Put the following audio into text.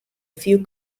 few